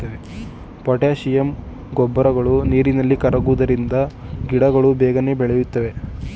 potassium ಗೊಬ್ಬರಗಳು ನೀರಿನಲ್ಲಿ ಕರಗುವುದರಿಂದ ಗಿಡಗಳು ಬೇಗನೆ ಬೆಳಿತವೆ